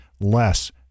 less